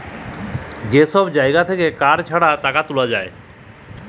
যে সব জাগা থাক্যে কার্ড ছাড়া টাকা তুলা যায়